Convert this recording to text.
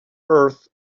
earth